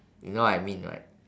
you know what I mean right